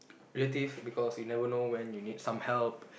relatives because you never know when you need some help